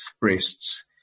breasts